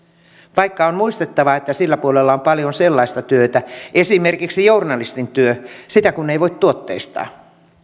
vaikka on muistettava että sillä puolella on paljon sellaista työtä esimerkiksi journalistin työ jota ei voi tuotteistaa vaan